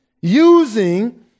using